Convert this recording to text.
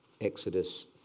Exodus